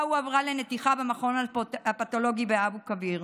הועברה לנתיחה במכון הפתולוגי באבו כביר.